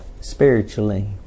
Spiritually